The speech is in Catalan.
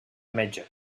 metge